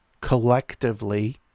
collectively